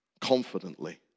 confidently